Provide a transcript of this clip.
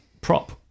prop